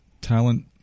talent